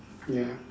ya